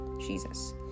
Jesus